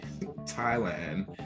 thailand